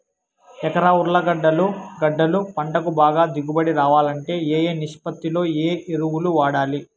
ఎకరా ఉర్లగడ్డలు గడ్డలు పంటకు బాగా దిగుబడి రావాలంటే ఏ ఏ నిష్పత్తిలో ఏ ఎరువులు వాడాలి?